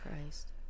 Christ